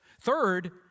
Third